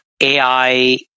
AI